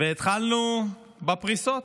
והתחלנו בפריסות.